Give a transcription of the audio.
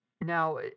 Now